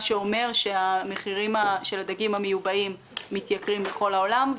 מה שאומר שמחירי הדגים המיובאים מתייקרים בכל העולם.